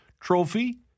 trophy